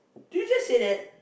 did you just say that